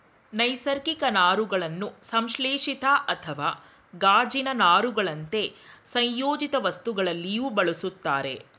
ನೈಸರ್ಗಿಕ ನಾರುಗಳನ್ನು ಸಂಶ್ಲೇಷಿತ ಅಥವಾ ಗಾಜಿನ ನಾರುಗಳಂತೆ ಸಂಯೋಜಿತವಸ್ತುಗಳಲ್ಲಿಯೂ ಬಳುಸ್ತರೆ